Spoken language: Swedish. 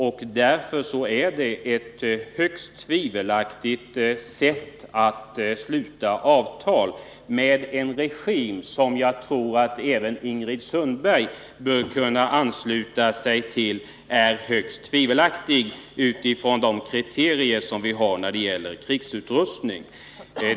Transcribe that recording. Och jag anser det synnerligen olämpligt att sluta ett sådant avtal med en regim som -— jag tror att även Ingrid Sundberg bör kunna ansluta sig till det omdömet — framstår som högst tvivelaktig utifrån de kriterier vi har när det gäller krigsutrustning.